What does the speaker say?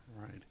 Right